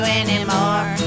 anymore